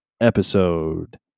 episode